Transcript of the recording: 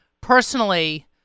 personally